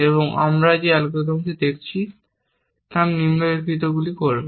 এবং আমরা যে অ্যালগরিদমটি দেখছি তা নিম্নলিখিতগুলি করবে